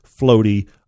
floaty